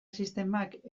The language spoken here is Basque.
sistemak